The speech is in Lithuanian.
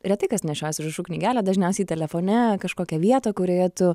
retai kas nešiojasi užrašų knygelę dažniausiai telefone kažkokią vietą kurioje tu